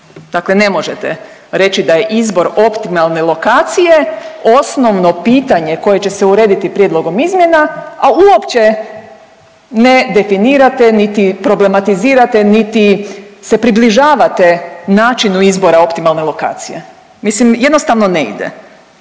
Dakle, ne možete reći da je izbor optimalne lokacije osnovno pitanje koje će se urediti prijedlogom izmjena, a uopće ne definirate niti problematizirate, niti se približavate načinu izbora optimalne lokacije. Mislim jednostavno ne ide.